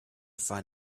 find